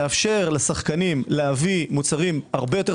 לאפשר לשחקנים להביא מוצרים הרבה יותר